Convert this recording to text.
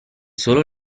solo